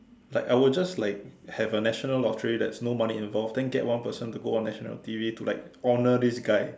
like I would just like have a national lottery that's no money involved and get one person to go on national T_V to like honour this guy